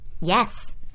Yes